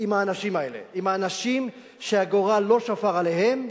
עם האנשים האלה, עם האנשים שהגורל לא שפר עליהם,